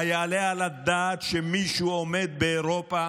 היעלה על הדעת שמישהו עומד באירופה